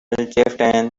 chieftain